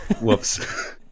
Whoops